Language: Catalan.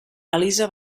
elisa